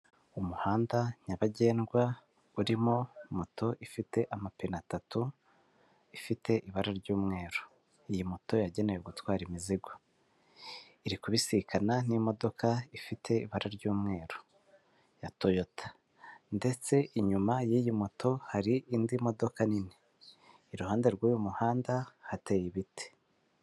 Umuhanda nyabagendwa urimo moto ifite amapine atatu, ifite ibara ry'umweru, iyi moto yagenewe gutwara imizigo. Iri kubisikana n'imodoka ifite ibara ry'umweru ya Toyota ndetse inyuma y'iyi moto hari indi modoka nini, iruhande rw'uyu muhanda hateye ibiti.